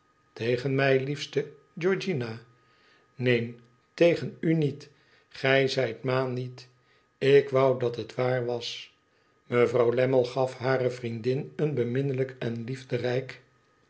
tegen mij liefete georgiana neen tegen u niet gij zijt ma niet ik wou dat het waar was mevrouw lammie gaf hare vriendin een beminnelijk en liefderijk